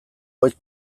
voice